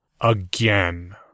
Again